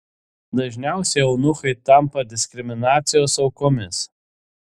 dažniausiai eunuchai tampa diskriminacijos aukomis